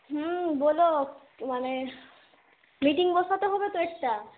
হুম বলো মানে মিটিং বসাতে হবে তো একটা